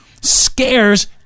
scares